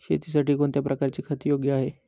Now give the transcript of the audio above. शेतीसाठी कोणत्या प्रकारचे खत योग्य आहे?